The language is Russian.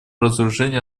разоружению